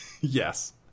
Yes